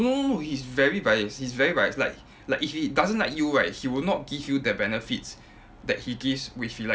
no no he's very biased he's very biased like like if he doesn't like you right he will not give you the benefits that he gives when he likes you